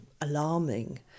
alarming